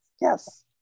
Yes